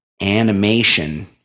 animation